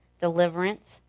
deliverance